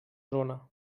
zona